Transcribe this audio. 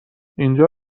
اینجا